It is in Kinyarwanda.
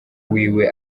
wiwe